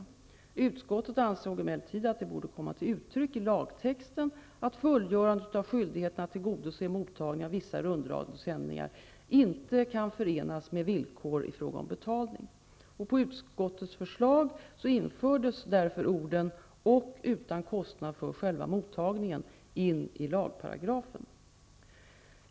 Utskottet ansåg emellertid att det borde komma till uttryck i lagtexten att fullgörandet av skyldigheten att tillgodose mottagning av vissa rundradiosändningar inte kan förenas med villkor i fråga om betalning. På utskottets förslag infördes därför orden ''och utan kostnad för själva mottagningen'' i lagparagrafen.